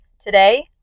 Today